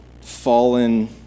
fallen